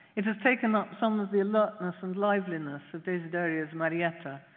it has taken up some of the alertness and liveliness of desiderio's marietta,